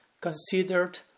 considered